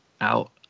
out